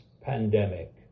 pandemic